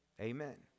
Amen